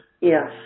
Yes